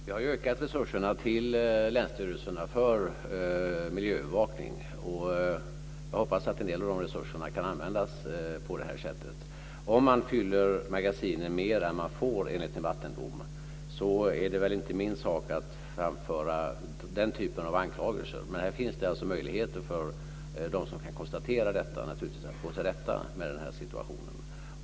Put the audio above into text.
Fru talman! Vi har ju ökat resurserna till länsstyrelserna för miljöövervakning, och jag hoppas att en del av de resurserna kan användas på det här sättet. Om man fyller magasinen mer än man får enligt en vattendom är det väl inte min sak att framföra den typen av anklagelser. Men det finns naturligtvis möjligheter för dem som kan konstatera detta att gå till rätta med den här situationen.